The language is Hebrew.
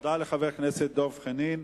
תודה לחבר הכנסת דב חנין.